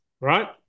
Right